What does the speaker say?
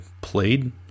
played